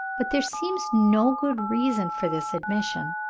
but there seems no good reason for this admission.